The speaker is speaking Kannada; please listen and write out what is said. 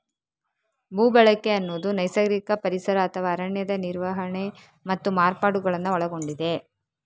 ಭೂ ಬಳಕೆ ಅನ್ನುದು ನೈಸರ್ಗಿಕ ಪರಿಸರ ಅಥವಾ ಅರಣ್ಯದ ನಿರ್ವಹಣೆ ಮತ್ತು ಮಾರ್ಪಾಡುಗಳನ್ನ ಒಳಗೊಂಡಿದೆ